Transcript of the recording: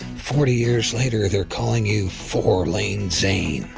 forty years later they're calling you four-lane-zane.